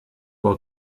will